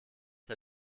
der